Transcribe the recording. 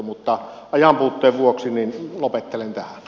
mutta ajanpuutteen vuoksi lopettelen tähän